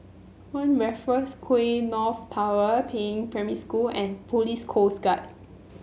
One Raffles Quay North Tower Peiying Primary School and Police Coast Guard